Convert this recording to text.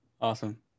Awesome